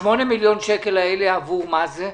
8 מיליון השקלים האלה, עבור מה זה?